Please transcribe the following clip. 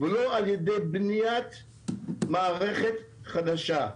ולא על ידי בניית מערכת חדשה.